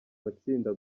matsinda